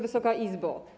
Wysoka Izbo!